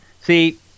See –